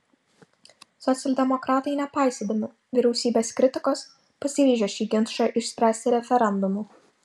socialdemokratai nepaisydami vyriausybės kritikos pasiryžę šį ginčą išspręsti referendumu